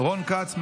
רון כץ,